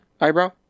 eyebrow